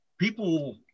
people